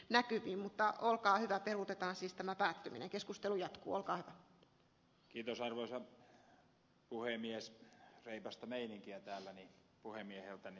näkyvin mutta olkaa hyvät peruutetaan siis tämä päättyminen keskustelu arvoisa puhemies reipasta meininkiä täällä niin puhemieheltäni